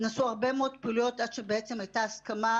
נעשו הרבה מאוד פעולות עד שבעצם הייתה הסכמה